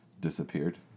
disappeared